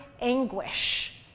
anguish